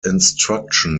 instruction